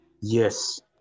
yes